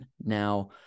Now